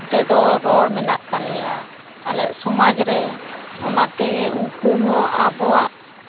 ᱛᱮᱫᱚ ᱨᱚᱲ ᱢᱮᱱᱟᱜ ᱛᱟᱞᱮᱭᱟ ᱟᱞᱮᱭᱟᱜ ᱥᱚᱢᱟᱡᱽ ᱨᱮ ᱚᱱᱟ ᱛᱮᱜᱮ ᱩᱱᱠᱩ ᱦᱚᱸ ᱟᱵᱚᱣᱟᱜ